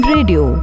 Radio